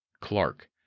Clark